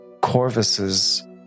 Corvus's